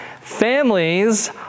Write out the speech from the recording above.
Families